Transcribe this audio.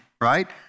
right